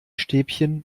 stäbchen